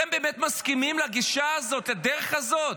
אתם באמת מסכימים לגישה הזאת, לדרך הזאת?